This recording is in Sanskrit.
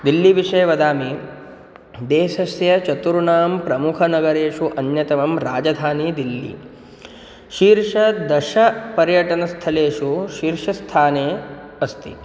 दिल्ली विषये वदामि देशस्य चतुर्षु प्रमुखनगरेषु अन्यतमा राजधानी दिल्ली शीर्षदशपर्यटनस्थलेषु शीर्षस्थाने अस्ति